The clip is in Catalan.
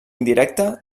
indirecte